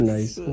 Nice